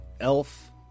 Elf